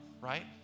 right